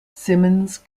simmons